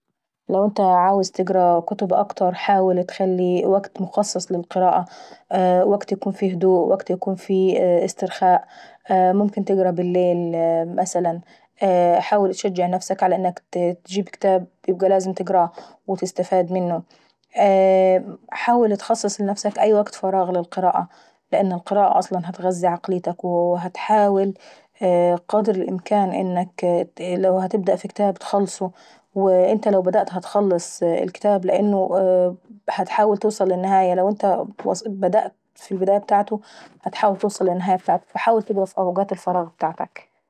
انت لو هتحب القراءة هتقرا. حاول تقرا مش في كل وكت القراءة، ممكن تخصص لنفسك وكت ممكن لو اخر الليل لو انت بتحب الهدوء، ممكن مثلا لو انت بتحب تقرا في الصبح ممكن تفضي نفسك. دايما ممكن الواحد...